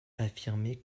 affirmait